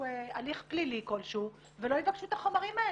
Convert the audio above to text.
הליך פלילי כלשהו ולא יבקשו את החומרים האלה.